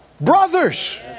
brothers